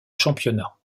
championnat